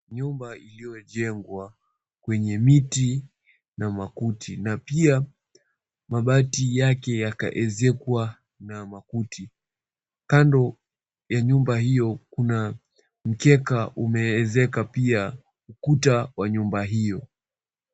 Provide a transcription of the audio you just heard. Nyumba iliyojengwa kwenye miti na makuti na pia mabati yake yakaezekwa na makuti. Kando ya nyumba hiyo kuna mkeka umeezeka pia ukuta wa nyumba hiyo.